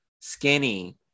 skinny